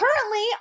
currently